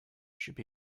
should